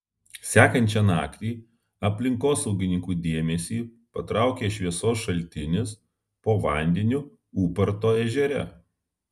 sekančią naktį aplinkosaugininkų dėmesį patraukė šviesos šaltinis po vandeniu ūparto ežere